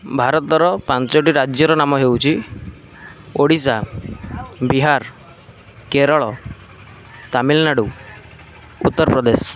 ଭାରତର ପାଞ୍ଚଟି ରାଜ୍ୟର ନାମ ହେଉଛି ଓଡ଼ିଶା ବିହାର କେରଳ ତାମିଲନାଡ଼ୁ ଉତ୍ତରପ୍ରଦେଶ